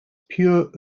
pure